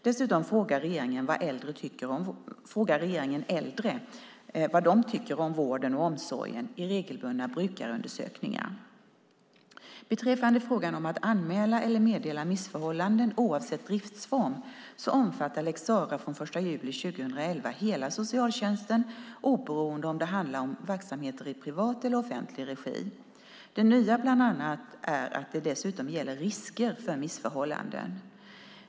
Dessutom frågar regeringen äldre vad de tycker om vården och omsorgen i regelbundna brukarundersökningar. Beträffande frågan om att anmäla eller meddela missförhållanden oavsett driftsform omfattar lex Sarah från den 1 juli 2011 hela socialtjänsten, oberoende av om det handlar om verksamheter i privat eller offentlig regi. Det nya är bland annat att det dessutom gäller risker för missförhållanden.